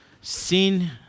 sin